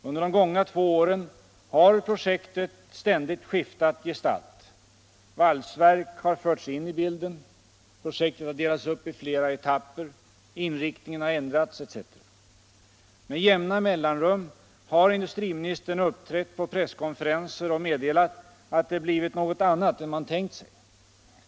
Under de gångna två åren har projektet ständigt skiftat gestalt. Valsverk har förts in i bilden, projektet har delats upp i flera etapper, inriktningen har ändrats osv. Med jämna mellanrum har industriministern uppträtt på presskonferenser och meddelat att det blivit något annat än man tänkt sig.